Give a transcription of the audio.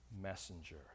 messenger